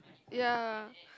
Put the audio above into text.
ya